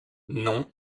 non